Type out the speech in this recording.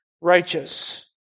righteous